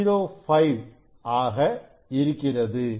05 ஆக இருக்கிறது